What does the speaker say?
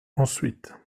ensuite